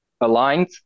aligned